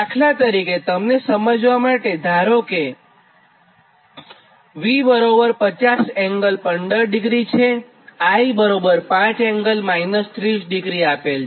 દાખલા તરીકેતમને સમજવા માટે એક ધારો કે V 50∠15° અને I 5∠ 30° આપેલ છે